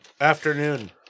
Afternoon